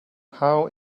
how